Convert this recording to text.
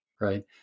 right